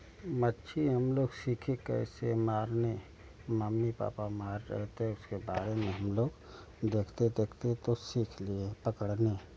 मच्छी हम लोग सीखे कैसे मारने मम्मी पापा मार रहे थे उसके बारे में हम लोग देखते देखते तो सीख लिए पकड़ने